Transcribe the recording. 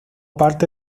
parte